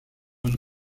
une